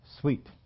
sweet